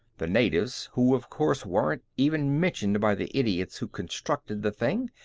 the natives, who, of course, weren't even mentioned by the idiots who constructed the thing,